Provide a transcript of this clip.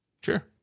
Sure